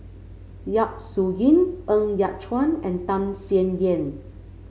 Yap Su Yin Ng Yat Chuan and Tham Sien Yen